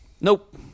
Nope